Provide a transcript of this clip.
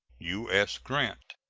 u s. grant.